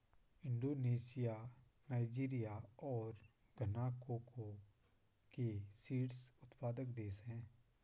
Indonesia Nigeria और Ghana cocoa के शीर्ष उत्पादक देश हैं